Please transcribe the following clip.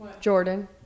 jordan